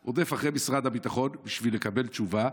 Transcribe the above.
אני רודף אחרי משרד הביטחון בשביל לקבל תשובה,